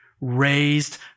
raised